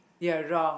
your wrong